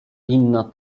inna